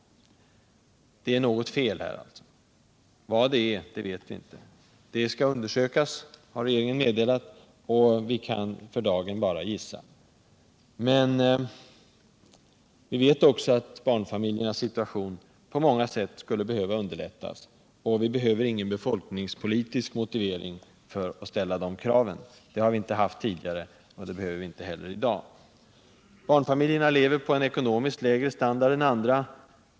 Det är alltså något fel. Vad det är vet vi inte. Det skall undersökas, har regeringen meddelat, och vi kan för dagen bara gissa. Vi vet också att barnfamiljernas situation på många sätt skulle behöva underlättas, och vi behöver ingen befolkningspolitisk motivering för att ställa de kraven. Det har vi inte haft tidigare och det behöver vi inte heller i dag. Barnfamiljerna lever på en ekonomiskt lägre standard än andra.